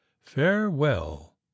Farewell